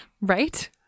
Right